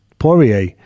Poirier